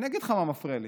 אני אגיד לך מה מפריע לי: